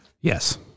Yes